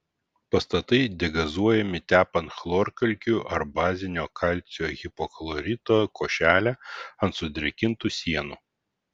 pastatai degazuojami tepant chlorkalkių ar bazinio kalcio hipochlorito košelę ant sudrėkintų sienų